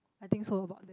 I think so about that